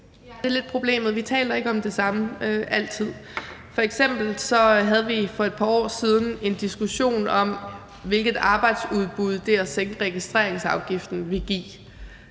Det er lidt problemet – vi taler ikke altid om det samme. F.eks. havde vi for et par år siden en diskussion om, hvilket arbejdsudbud det at sænke registreringsafgiften ville give.